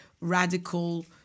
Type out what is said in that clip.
radical